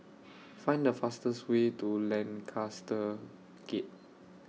Find The fastest Way to Lancaster Gate